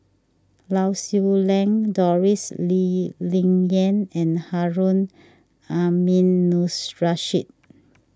Lau Siew Lang Doris Lee Ling Yen and Harun Aminurrashid